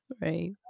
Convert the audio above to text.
Right